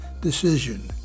decision